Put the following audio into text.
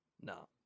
No